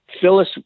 Phyllis